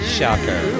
Shocker